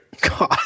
God